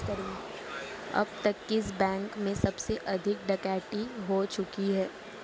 अब तक किस बैंक में सबसे अधिक डकैती हो चुकी है?